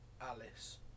Alice